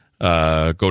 go